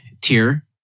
tier